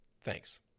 thanks